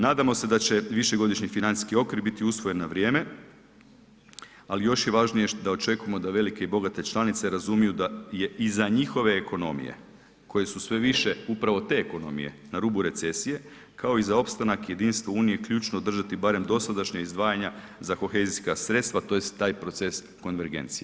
Nadamo se da će višegodišnji financijski okvir biti usvojen na vrijeme, ali je još važnije da očekujemo da velike i bogate članice razumiju da je i za njihove ekonomije koje su sve više upravo te ekonomije na rubu recesije, kao i za opstanak jedinstvo Unije ključno držati barem dosadašnja izdvajanja za kohezijska sredstva tj. taj proces konvergencije.